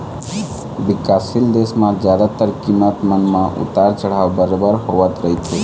बिकासशील देश म जादातर कीमत मन म उतार चढ़ाव बरोबर होवत रहिथे